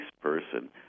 person